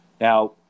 Now